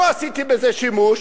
לא עשיתי בזה שימוש,